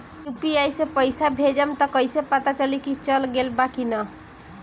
UPI से पइसा भेजम त कइसे पता चलि की चल गेल बा की न?